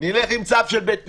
נלך עם צו של בית משפט.